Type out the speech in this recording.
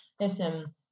listen